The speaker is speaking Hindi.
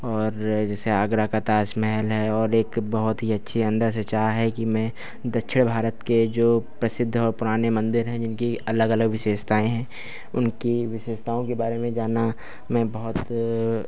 और जैसे आगरा का ताजमहल है और एक बहुत ही अच्छी अंदर से चाह है कि मैं दक्षिण भारत के जो प्रसिद्ध और पुराने मंदिर हैं जिनकी अलग अलग विशेषताएं हैं उनकी विशेषताओं के बारे में जानना में बहुत